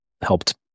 helped